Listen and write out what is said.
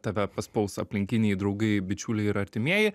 tave paspaus aplinkiniai draugai bičiuliai ir artimieji